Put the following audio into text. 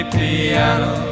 piano